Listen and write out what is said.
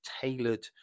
tailored